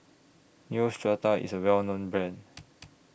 Neostrata IS A Well known Brand